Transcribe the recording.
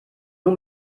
nur